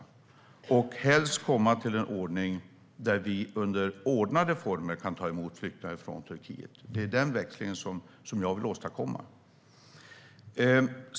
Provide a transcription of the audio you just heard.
Helst bör vi komma till en ordning där vi under ordnade former kan ta emot flyktingar från Turkiet. Det är den växlingen som jag vill åstadkomma.